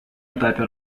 этапе